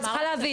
את צריכה להבין,